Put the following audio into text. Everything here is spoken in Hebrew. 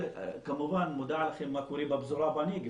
כמובן אתם יודעים מה קורה בפזורה בנגב,